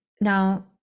now